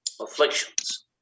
afflictions